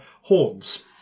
horns